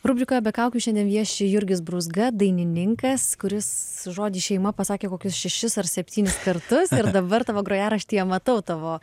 rubrika be kaukių šiandien vieši jurgis brūzga dainininkas kuris žodį šeima pasakė kokius šešis ar septynis kartus ir dabar tavo grojaraštyje matau tavo